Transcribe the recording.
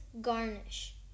garnish